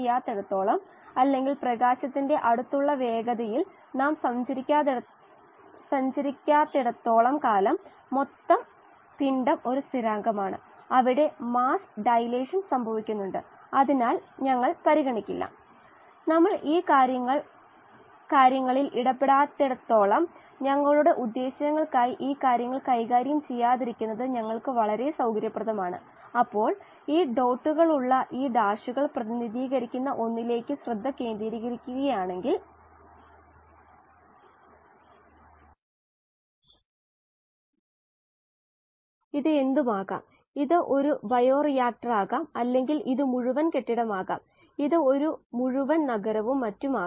ഇത് സ്ഥിര അവസ്ഥ എത്തിയിരിക്കുന്നു എന്ന് നമുക്ക് പറയാം ഈ ഇന്റർഫെയിസിൽ ഉടനീളമുള്ള ഒഴുക്കുകളെയാണ് ഇവിടെ നോക്കുന്നത് അല്ലേ വാതക ദ്രാവക വിനിമയതലത്തിലേക്ക് പ്രവേശിക്കുന്ന ഓക്സിജന്റെ നിരക്ക് വാതക ദ്രാവക വിനിമയതലത്തിൽ നിന്നും പോകുന്ന ഓക്സിജന്റെ നിരക്കിന് തുല്യമാണ് സ്ഥിരമായ അവസ്ഥ കൈവരിക്കണമെങ്കിൽ ഗ്യാസ് ലിക്വിഡ് ഇന്റർഫേസ് വിടുന്ന ഓക്സിജന്റെ നിരക്ക് തുല്യമായിരിക്കണം